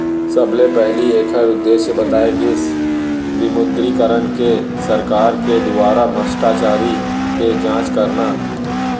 सबले पहिली ऐखर उद्देश्य बताए गिस विमुद्रीकरन के सरकार के दुवारा भस्टाचारी के जाँच करना